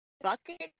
bucket